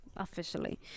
Officially